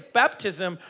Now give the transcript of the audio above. baptism